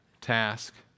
task